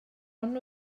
ond